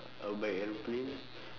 I will buy aeroplane